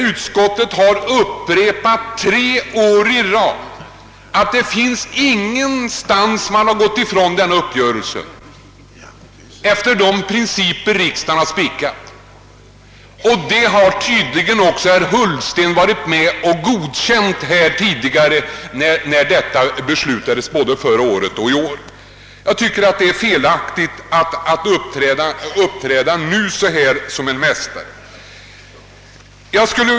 Utskottet har två år i rad upprepat att man inte på någon punkt gått ifrån denna uppgörelse och därmed avvikit från de principer riksdagen spikat. Herr Ullsten var tydligen med om att godkänna statsutskottets utlåtande angående överenskommelsen både förra året och i år. Därför tycker jag det är felaktigt av honom att nu uppträda som en mästrare.